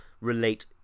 relate